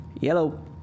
Yellow